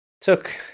took